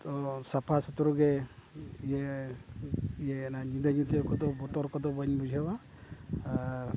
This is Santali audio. ᱟᱫᱚ ᱥᱟᱯᱷᱟ ᱥᱩᱛᱨᱚ ᱜᱮ ᱤᱭᱟᱹ ᱤᱭᱟᱹ ᱧᱤᱫᱟᱹ ᱧᱩᱛᱟᱹ ᱠᱚᱫᱚ ᱵᱚᱛᱚᱨ ᱠᱚᱫᱚ ᱵᱟᱹᱧ ᱵᱩᱡᱷᱟᱹᱣᱟ ᱟᱨ